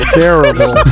terrible